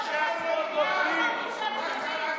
כשירו אתמול על העוטף, זה עניין אותך?